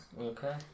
Okay